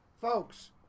Folks